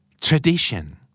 tradition